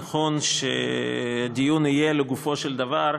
נכון שהדיון יהיה לגופו של דבר,